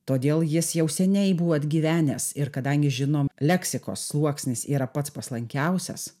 todėl jis jau seniai buvo atgyvenęs ir kadangi žinom leksikos sluoksnis yra pats paslankiausias